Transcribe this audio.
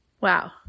Wow